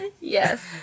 Yes